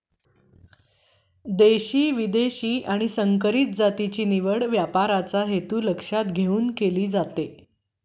देशी, विदेशी आणि संकरित जातीची निवड व्यापाराचा हेतू लक्षात घेऊन केली जाते